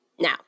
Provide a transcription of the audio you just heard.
Now